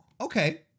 okay